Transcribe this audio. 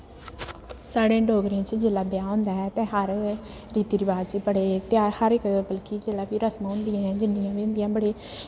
साढ़े डोगरें च जेल्लै ब्याह् होंदा ऐ ते हर रीति रवाज च बड़े त्यार हर इक बल्कि जेल्लै बी रसम होंदियां ऐ जिन्नियां बी होंदियां बड़े शैल